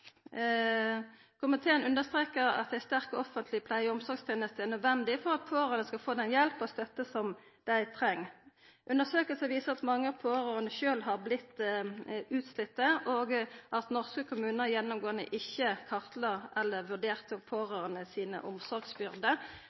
Komiteen understrekar at ei sterk offentleg pleie- og omsorgsteneste er nødvendig for at pårørande skal få den hjelpa og den støtta som dei treng. Undersøkingar viser at mange pårørande sjølve vert utslitne, og at norske kommunar gjennomgåande ikkje kartla eller vurderte pårørande si omsorgsbyrde.